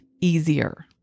easier